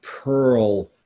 pearl